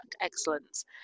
excellence